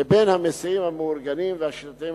לבין המסיעים המאורגנים והשיטתיים,